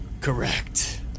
correct